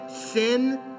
sin